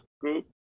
group